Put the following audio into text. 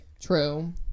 True